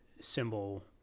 symbol